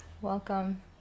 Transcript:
Welcome